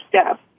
step